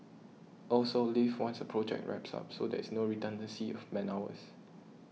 also leave once a project wraps up so there is no redundancy of man hours